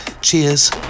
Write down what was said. Cheers